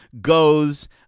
goes